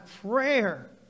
prayer